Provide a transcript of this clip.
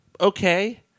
Okay